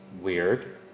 weird